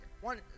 one